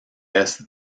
est